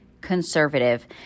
conservative